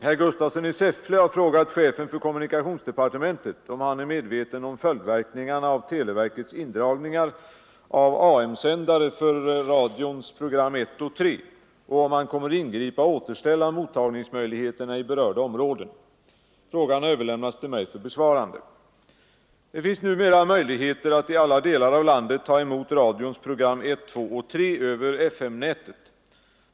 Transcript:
Herr talman! Herr Gustafsson i Säffle har frågat chefen för kommunikationsdepartementet om han är medveten om följdverkningarna av televerkets indragningar av AM-sändare för radions program 1 och 3 och om han kommer att ingripa och återställa mottagningsmöjligheterna i berörda områden. Frågan har överlämnats till mig för besvarande. Det finns numera möjligheter att i alla delar av landet ta emot radions program 1, 2 och 3 över FM-nätet.